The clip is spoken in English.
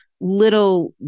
little